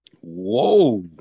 Whoa